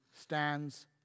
stands